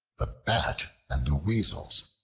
the bat and the weasels